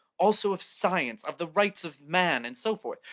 also of science, of the rights of man, and so forth.